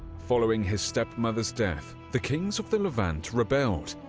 following his stepmother's death, the kings of the levant rebelled,